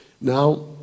Now